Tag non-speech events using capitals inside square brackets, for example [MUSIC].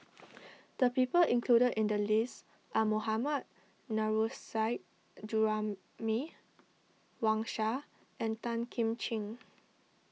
[NOISE] the people included in the list are Mohammad Nurrasyid Juraimi Wang Sha and Tan Kim Ching